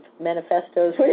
manifestos